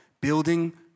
building